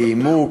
איימו,